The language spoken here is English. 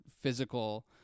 physical